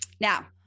Now